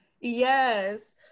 Yes